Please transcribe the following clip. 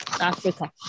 Africa